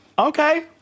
Okay